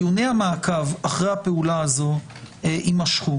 דיוני המעקב אחרי הפעולה הזו יימשכו.